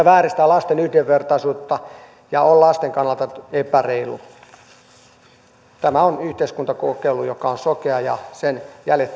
vääristää lasten yhdenvertaisuutta ja on lasten kannalta epäreilu tämä on yhteiskuntakokeilu joka on sokea ja sen jäljet